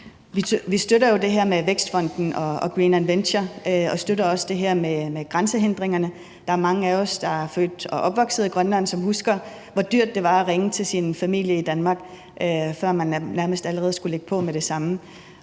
Vi støtter jo det her med Vækstfonden og Greenland Venture og støtter også det her med grænsehindringerne; der er mange af os, der er født og opvokset Grønland, som husker, hvor dyrt det var at ringe til sin familie i Danmark, man skulle nærmest lægge på allerede med det samme,